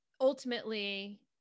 ultimately